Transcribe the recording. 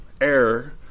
error